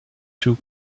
two